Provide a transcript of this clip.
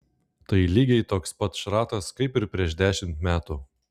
tai lygiai toks pat šratas kaip ir prieš dešimt metų